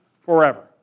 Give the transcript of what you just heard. forever